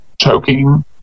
choking